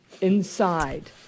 inside